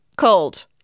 Cold